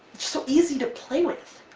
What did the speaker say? so easy to play with.